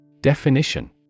Definition